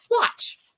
Watch